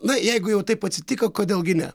na jeigu jau taip atsitiko kodėl gi ne